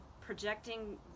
projecting